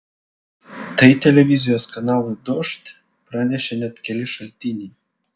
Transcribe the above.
tai televizijos kanalui dožd pranešė net keli šaltiniai